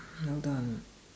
well done